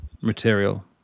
material